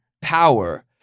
power